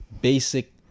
basic